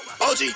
OG